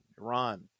Iran